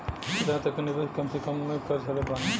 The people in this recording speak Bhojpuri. केतना तक के निवेश कम से कम मे हम कर सकत बानी?